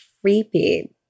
creepy